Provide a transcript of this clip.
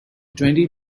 twenty